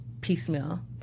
piecemeal